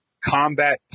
combat